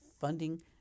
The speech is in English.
Funding